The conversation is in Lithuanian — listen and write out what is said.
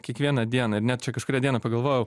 kiekvieną dieną ir net kažkurią dieną pagalvojau